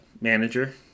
manager